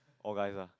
all guys ah